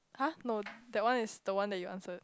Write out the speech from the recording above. !huh! no that one is the one that you answered